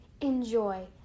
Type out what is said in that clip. Enjoy